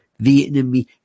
Vietnamese